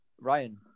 Ryan